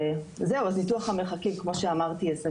זהו, אז ניתוח המרחקים, כמו שאמרתי, זמין.